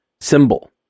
symbol